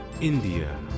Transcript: India